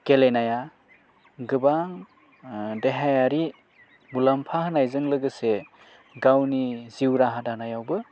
गेलेनाया गोबां देहायारि मुलाम्फा होनायजों लोगोसे गावनि जिउ राहा दानायावबो